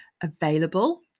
available